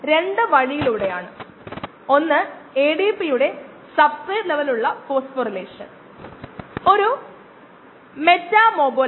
അടുത്തത് കോശങ്ങളുടെ ഉള്ളടക്കങ്ങളുടെ അളവാണ് പ്രത്യേകിച്ചും മോൾഡിനു വേണ്ടിയുള്ളത്